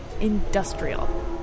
industrial